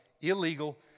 illegal